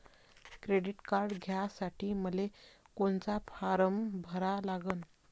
Credit card घ्यासाठी मले कोनचा फारम भरा लागन?